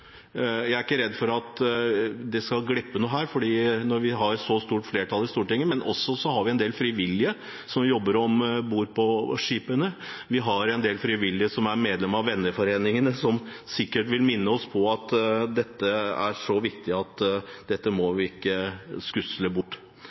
Jeg er ikke redd for at det skal glippe noe her når vi har så stort flertall i Stortinget, men vi har også en del frivillige som jobber om bord på skipene. Vi har en del frivillige som er medlem av venneforeningene, og som sikkert vil minne oss på at dette er så viktig at vi ikke må skusle det bort.